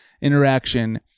interaction